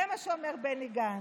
זה מה שאומר בני גנץ,